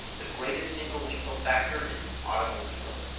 the greatest single lethal factor is the automobile.